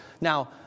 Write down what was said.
Now